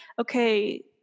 okay